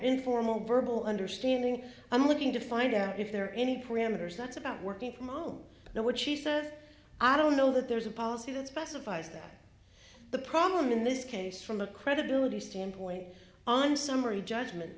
informal verbal understanding i'm looking to find out if there are any parameters that's about working from home now what she says i don't know that there's a policy that specifies that the problem in this case from the credibility standpoint on summary judgment